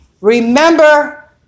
Remember